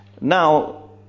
Now